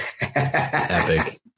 Epic